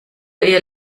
ihr